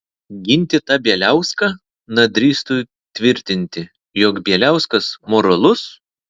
ginti tą bieliauską na drįstų tvirtinti jog bieliauskas moralus